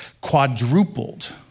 quadrupled